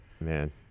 man